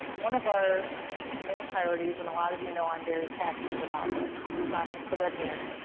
one of our main priorities, and a lot of you know i'm very passionate about this, it's not just the red hair,